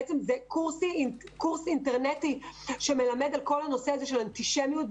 קורס אינטרנטי שמלמד על כל הנושא של אנטישמיות,